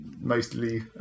mostly